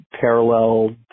parallel